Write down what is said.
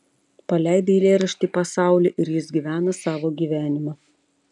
paleidai eilėraštį į pasaulį ir jis gyvena savo gyvenimą